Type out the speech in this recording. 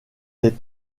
est